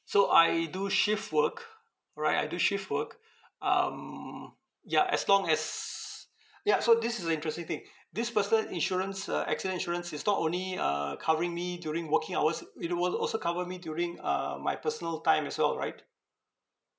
so I do shift work all right I do shift work um ya as long as ya so this is the interesting thing this personal insurance uh accident insurance is not only uh covering me during working hours it will also cover me during uh my personal time as well right